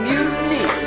Mutiny